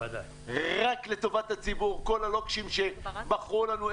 כל הלוקשים שמכרו לנו,